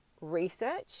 research